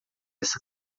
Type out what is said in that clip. essa